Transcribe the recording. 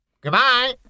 Goodbye